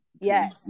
yes